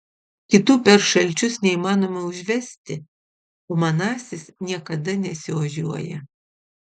kitų per šalčius neįmanoma užvesti o manasis niekada nesiožiuoja